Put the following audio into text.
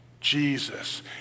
jesus